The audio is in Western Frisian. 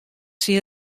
syn